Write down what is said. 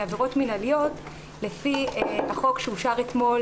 עבירות מינהליות לפי החוק שאושר אתמול